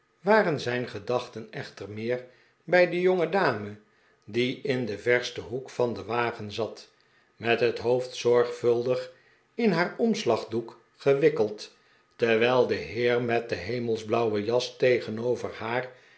waren zijn gedachten echter meer bij de jongedame die in den versten hoek van den wagen zat met het hoofd zorgvuldig in haar omslagdoek gewikkeld terwijl de heer met de hemelsblauwe jas tegenover haar